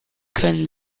können